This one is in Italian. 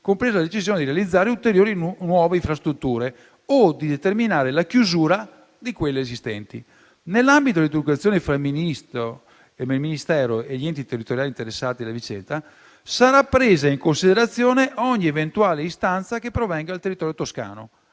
compresa la decisione di realizzare ulteriori nuove infrastrutture o di determinare la chiusura di quelle esistenti, nell'ambito delle interlocuzioni tra il Ministero e gli enti territoriali interessati alla vicenda, sarà presa in considerazione ogni eventuale istanza che provenga dal territorio toscano,